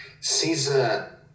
Caesar